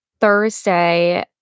thursday